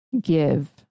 give